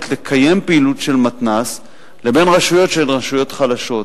לקיים פעילות של מתנ"ס לבין הרשויות שהן רשויות חלשות.